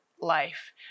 life